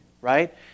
right